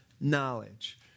knowledge